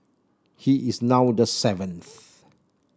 he is now the seventh